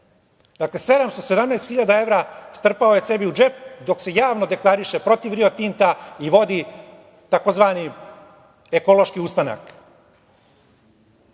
Dakle, 717.000 evra strpao je sebi u džep dok se javno deklariše protiv „Rio Tinta“ i vodi tzv. ekološki ustanak. Do